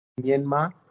Myanmar